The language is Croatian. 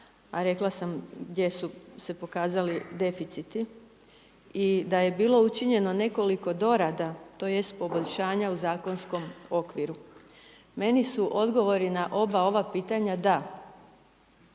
a rekla sam gdje su se pokazali deficiti i da je bilo učinjeno nekoliko dorada, tj. poboljšanja u zakonskom okviru. Meni su odgovori na oba ova pitanja da.